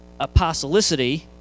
apostolicity